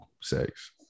sex